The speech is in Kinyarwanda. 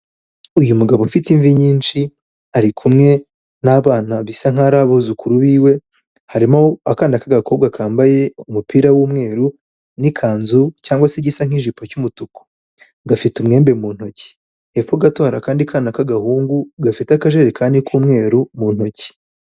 Uyu mugabo ufite imvi nyinshi ari kumwe n'abana bisa nkaho ari abuzukuru biwe, harimo akana k'agakobwa kambaye umupira w'umweru n'ikanzu cyangwa se igisa nk'ijipo cy'umutuku. Gafite umwembe mu ntoki. Hepfo gato hari akandi kana k'agahungu gafite akajerikani k'umweru mu ntoki.